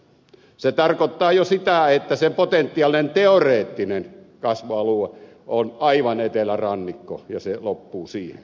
se tarkoittaa jo sitä että sen potentiaalinen teoreettinen kasvualue on aivan etelärannikko ja se loppuu siihen